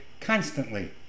constantly